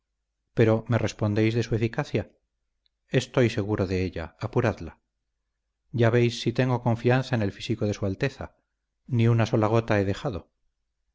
pero me respondéis de su eficacia estoy seguro de ella apuradla ya veis si tengo confianza en el físico de su alteza ni una sola gota he dejado